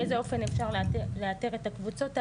באיזה אופן אפשר לאתר את הקבוצות האלו,